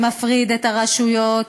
זה מפריד את הרשויות.